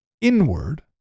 inward